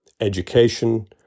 education